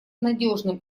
надежным